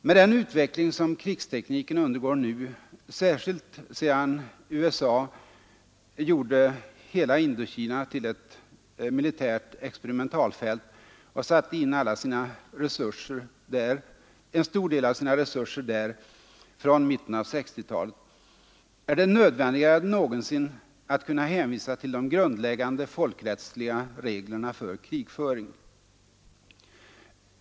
Med den utveckling som krigstekniken undergår nu, särskilt sedan USA gjorde hela Indokina till ett militärt experimentalfält och satte in en stor del av sina resurser där från mitten av 1960-talet, är det nödvändigare än någonsin att kunna hänvisa till de grundläggande folkrättsliga reglerna för krigföring.